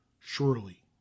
surely